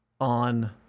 On